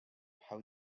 how